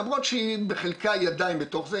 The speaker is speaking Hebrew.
למרות שהיא בחלקה עדיין בתוך זה,